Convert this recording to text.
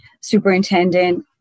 Superintendent